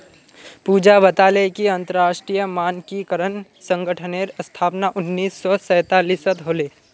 पूजा बताले कि अंतरराष्ट्रीय मानकीकरण संगठनेर स्थापना उन्नीस सौ सैतालीसत होले